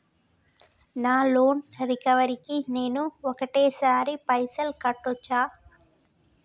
నా loan recovery కి నేను ఒకటేసరి పైసల్ కట్టొచ్చా?